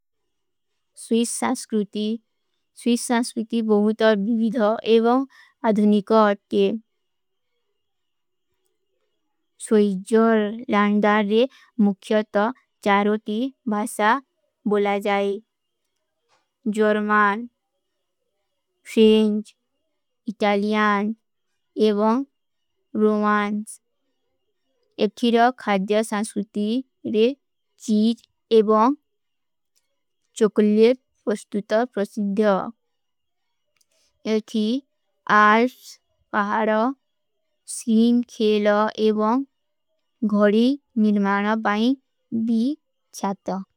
ସ୍ଵୀଶ ସଂସ୍କୃତି ସ୍ଵୀଶ ସଂସ୍କୃତି ବହୁତ ବିଭୀଧା ଏବଂ ଅଧୁନିକା ହୋତେ। ସ୍ଵଈଜର, ଲାଂଡାର ରେ ମୁଖ୍ଯତ ଚାରୋତୀ ବାସା ବୋଲା ଜାଈ। ଜର୍ମାନ, ଫ୍ରେଂଜ, ଇଟାଲିଯାନ ଏବଂ ରୋମାନ୍ସ। ଏକ୍ଖିର ଖାଦ୍ଯା ସଂସ୍କୃତି ରେ ଚୀଜ ଏବଂ ଚୋକଲେବ ପସ୍ତୁତ ପ୍ରସିଦ୍ଯା ଏକ୍ଖି ଆର୍ଷ, ପହାର, ସ୍ଲୀମ, ଖେଲ ଏବଂ ଘଡୀ, ନିର୍ମାନ, ବାଇଂଗ, ବୀ, ଚାତା।